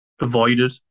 avoided